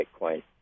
Bitcoin